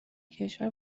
کشور